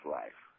life